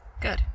Good